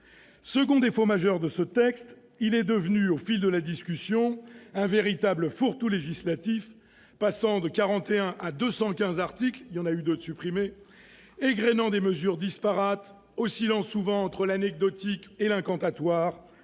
Deuxième défaut majeur de ce texte, il est devenu, au fil de la discussion, un véritable fourre-tout législatif, passant de 41 à 215 articles, égrenant des mesures disparates, oscillant souvent entre l'anecdotique et l'incantatoire,